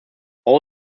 all